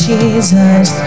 Jesus